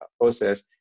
process